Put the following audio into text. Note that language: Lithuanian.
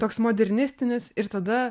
toks modernistinis ir tada